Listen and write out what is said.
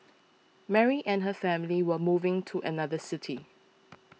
Mary and her family were moving to another city